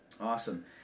Awesome